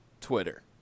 Twitter